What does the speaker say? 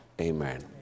Amen